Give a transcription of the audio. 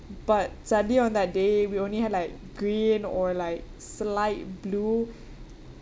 but sadly on that day we only had like green or like so slight blue